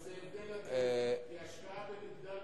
וזה הבדל אדיר, כי השקעה במגדל